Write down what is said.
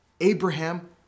Abraham